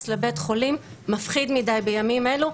לבית החולים מאחר ומפחיד מדי בימים אלה.